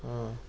অঁ